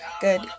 good